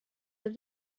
did